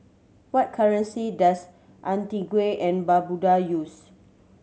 what currency does Antigua and Barbuda use